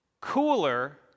cooler